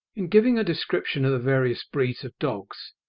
in giving a description of the various breeds of dogs,